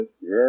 Yes